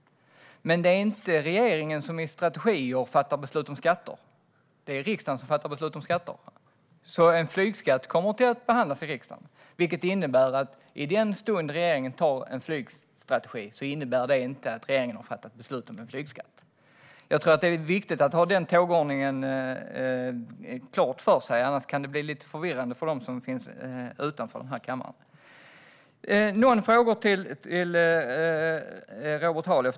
Men det är inte regeringen som i strategier fattar beslut om skatter. Det är riksdagen som fattar beslut om skatter. En flygskatt kommer att behandlas i riksdagen. Det innebär inte att regeringen i den stund den antar en flygstrategi har fattat beslut om en flygskatt. Jag tror att det är viktigt att ha den tågordningen klar för sig, annars kan det bli förvirrande för dem utanför den här kammaren. Jag har några frågor till Robert Halef.